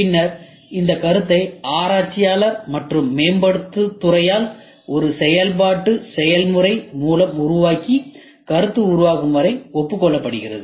பின்னர் இந்த கருத்தை ஆராய்ச்சியாளர் மற்றும் மேம்பாட்டுத் துறையால் ஒரு செயல்பாட்டு செயல்முறை மூலம் உருவாக்கி கருத்து உருவாகும் வரை ஒப்புக்கொள்கிறது